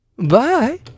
bye